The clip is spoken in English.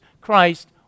Christ